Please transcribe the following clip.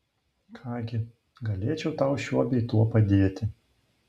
ką gi galėčiau tau šiuo bei tuo padėti